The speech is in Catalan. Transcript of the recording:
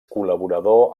col·laborador